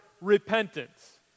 repentance